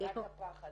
זה רק הפחד,